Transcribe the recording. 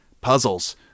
puzzles